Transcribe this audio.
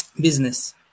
Business